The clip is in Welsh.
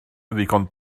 ddigon